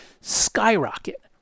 skyrocket